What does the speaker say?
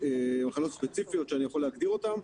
מחלות ספציפיות שאני יכול להגדיר אותן.